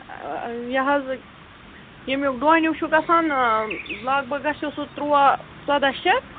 یہِ حظ ییٚمیُک ڈۄنِیٛوٗ چھُ گژھان لگ بگ گَژھو سُہ تُرٛواہ ژۄداہ شیٚتھ